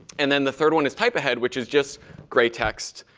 and then the third one is type ahead, which is just gray text